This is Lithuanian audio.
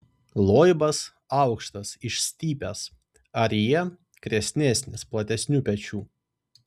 loibas aukštas išstypęs arjė kresnesnis platesnių pečių